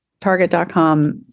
target.com